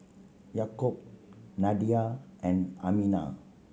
Yaakob Nadia and Aminah